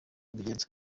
mbigenza